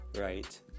right